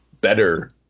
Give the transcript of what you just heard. better